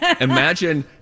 imagine